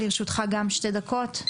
לרשותך שתי דקות.